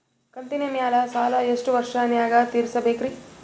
ಕಂತಿನ ಮ್ಯಾಲ ಸಾಲಾ ಎಷ್ಟ ವರ್ಷ ನ್ಯಾಗ ತೀರಸ ಬೇಕ್ರಿ?